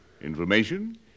Information